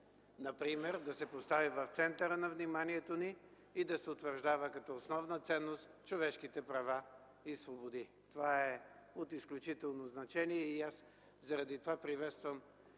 Например да се постави в центъра на вниманието ни и да се утвърждават като основна ценност човешките права и свободи. Това е от изключително значение и заради това приветствам